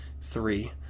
three